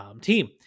team